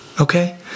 Okay